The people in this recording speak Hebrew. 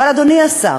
אבל, אדוני השר,